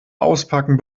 auspacken